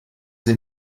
sie